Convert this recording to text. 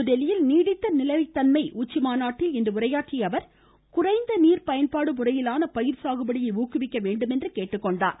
புதுதில்லியில் நீடித்த நிலைத் தன்மை உச்சி மாநாட்டில் உரையாற்றிய அவர் குறைந்த நீர் பயன்பாடு முறையிலான பயிர் சாகுபடியை ஊக்குவிக்க வேண்டுமென்று கேட்டுக் கொண்டார்